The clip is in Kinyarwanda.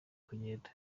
kugenda